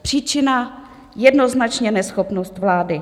Příčina jednoznačně neschopnost vlády.